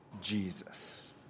Jesus